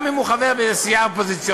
גם אם הוא חבר באיזו סיעה אופוזיציונית,